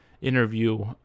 interview